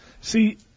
See